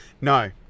No